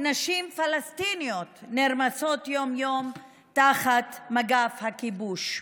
נשים פלסטיניות נרמסות יום-יום תחת מגף הכיבוש.